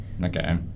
Okay